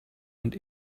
and